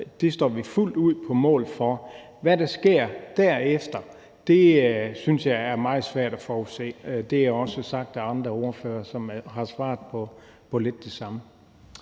det står vi fuldt ud på mål for. Hvad der sker derefter, synes jeg er meget svært at forudse, og det er også blevet sagt af andre ordførere, der har svaret på de samme